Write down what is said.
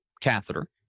catheter